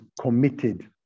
committed